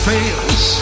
Fails